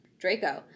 Draco